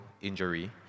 injury